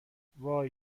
وای